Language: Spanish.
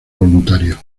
voluntarios